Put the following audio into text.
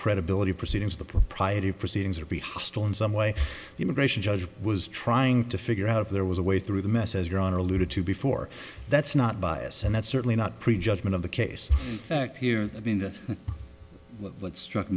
credibility of proceedings the propriety of proceedings or be hostile in some way the immigration judge was trying to figure out if there was a way through the mess as your honor alluded to before that's not bias and that's certainly not prejudgment of the case back here i mean that what struck